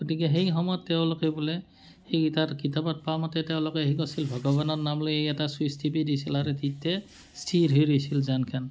গতিকে সেই সময়ত তেওঁলোকে বোলে সেইকেইটা কিতাপত পা মতে তেওঁলোকে সেই কৰিছিল ভগৱানৰ নাম বুলি এটা চুইচ টিপি দিছিল আৰু তিতে স্থিৰ হৈ ৰৈছিল যানখন